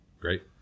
great